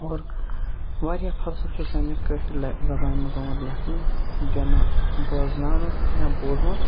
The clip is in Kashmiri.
اور واریاہ فَلسَف چھِ سانہٕ یَتھ کٲشر زَبانہِ مَنٛز آمُت لیٚکھنہٕ دِنہٕ بوزناونہٕ یا بوٗزمُت